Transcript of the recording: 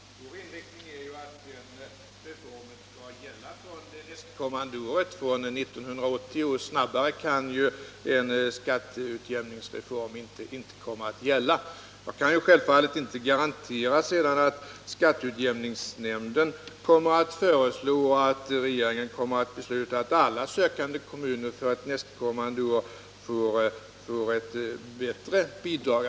Herr talman! Vår inriktning är att reformen skall gälla fr.o.m. 1980. Snabbare kan en skatteutjämningsreform inte träda i kraft. Jag kan självfallet sedan inte garantera att skatteutjämningsnämnden kommer att föreslå att regeringen kommer att besluta att alla sökande kommuner till kommande år får ett bättre bidrag.